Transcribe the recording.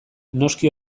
noski